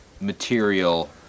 material